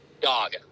Dog